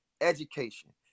education